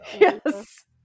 Yes